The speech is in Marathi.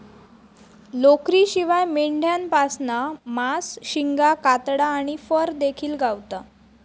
लोकरीशिवाय मेंढ्यांपासना मांस, शिंगा, कातडा आणि फर देखिल गावता